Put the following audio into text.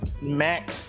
Mac